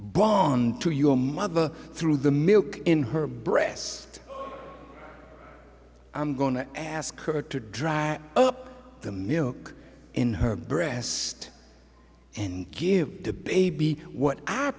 braun to your mother through the milk in her breast i'm going to ask her to drive up the milk in her breast and give the baby what